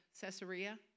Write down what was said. Caesarea